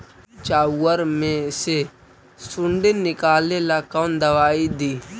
चाउर में से सुंडी निकले ला कौन दवाई दी?